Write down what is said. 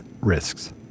risks